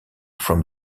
from